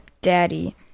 Daddy